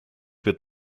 wird